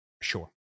Sure